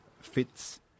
fits